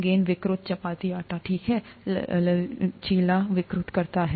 गेंद विकृत चपाती आटा ठीक लचीला विकृत करता है